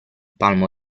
palmo